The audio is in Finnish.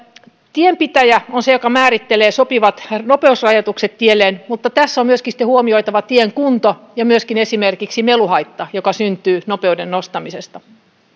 tienpitäjä on se joka määrittelee sopivat nopeusrajoitukset tielleen mutta tässä on sitten huomioitava tien kunto ja myöskin esimerkiksi meluhaitta joka syntyy nopeuden nostamisesta